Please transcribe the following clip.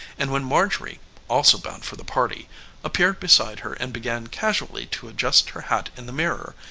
and when marjorie also bound for the party appeared beside her and began casually to adjust her hat in the mirror,